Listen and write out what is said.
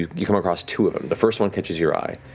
you come across two of them. the first one catches your eye.